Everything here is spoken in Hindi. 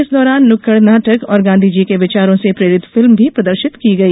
इस दौरान नुक्कड़ नाटक और गाँधी जी के विचारों से प्रेरित फिल्म भी प्रदर्शित की गई